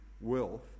wealth